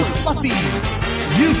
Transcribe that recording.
fluffy